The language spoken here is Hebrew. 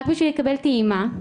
רק בשביל לקבל טעימה,